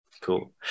Cool